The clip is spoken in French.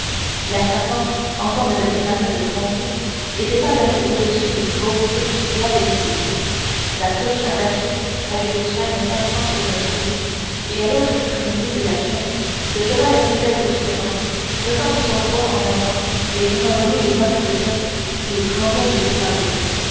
la charpente en forme de pyramide tronquée était amenée au-dessus d'une grosse souche et abaissée la souche attachée avec des chaînes passant sur une poulie et à l'autre extrémité de la chaîne le cheval tirait brusquement jetant tout son poids en vivant et faisant voler les mottes de terre sous les crampons de ses sabots